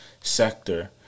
sector